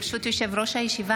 ברשות יושב-ראש הישיבה,